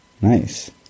Nice